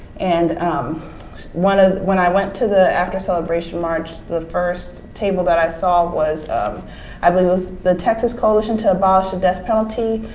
and um when ah when i went to the after celebration march the first table that i saw was um i believe, was the texas coalition to abolish the death penalty.